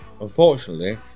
unfortunately